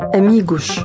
amigos